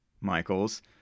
Michaels